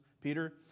Peter